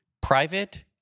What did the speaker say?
private